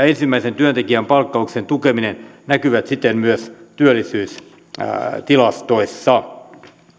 ensimmäisen työntekijän palkkauksen tukeminen näkyvät siten myös työllisyystilastoissa